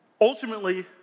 Ultimately